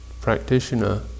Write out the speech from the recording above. practitioner